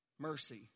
Mercy